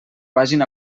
vagin